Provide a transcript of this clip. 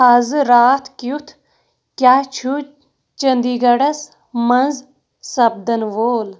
آز راتھ کیُتھ کیٛاہ چھُُ چندی گڑس منٛز سپدن وول